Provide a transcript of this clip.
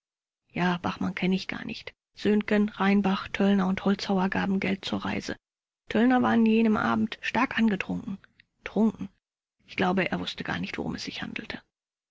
ja bachmann kenne ich gar nicht söhngen rheinbach töllner und holzhauer gaben geld zur reise töllner war an jenem abend stark angetrunken trunken ich glaube er wußte gar nicht worum es sich handelte